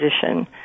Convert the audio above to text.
position